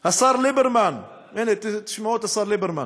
השר ליברמן, הנה, תשמעו את השר ליברמן: